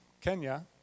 Kenya